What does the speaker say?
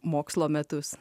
mokslo metus